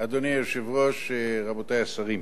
אדוני היושב-ראש, רבותי השרים,